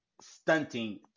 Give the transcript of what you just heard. stunting